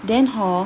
then hor